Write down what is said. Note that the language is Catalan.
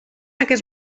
aquest